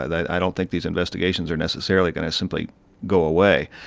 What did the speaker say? i don't think these investigations are necessarily going to simply go away.